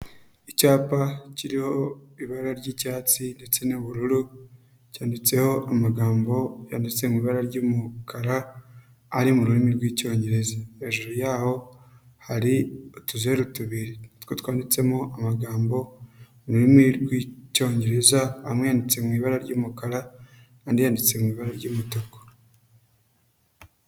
Icyapa kiriho ibara ry'icyatsi ndetse n'ubururu, cyanditseho amagambo yanditse mu ibara ry'umukara ari mu rurimi rw'icyongereza, hejuru yaho hari utuzeru tubiri two twanditsemo amagambo mu rurimi rw'icyongereza, amwe yanditse mu ibara ry'umukara, andi yanditse mu ibara ry'umutuku.